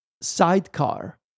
Sidecar